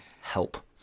Help